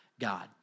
God